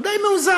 הוא די מאוזן,